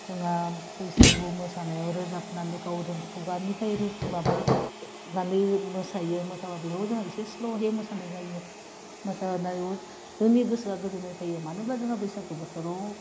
जोंहा बैसागु मोसानायाव रोजाबानानै गावरों खुगा मेथाइ रोज माबानानै मोसायो मोसाबा बेयाव जोङो एसे स्लहे मोसानाय जायो मोसानायाव जोंनि गोसोआ गोजोन्नाय थायो मानो होनब्ला जोंहा बैसागु बोथोराव